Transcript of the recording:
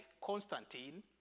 Constantine